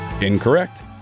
incorrect